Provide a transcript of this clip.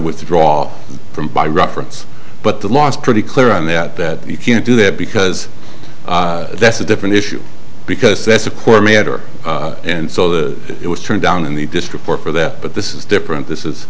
withdraw from by reference but the last pretty clear on that that you can't do that because that's a different issue because that's a core matter and so the it was turned down in the district court for that but this is different this is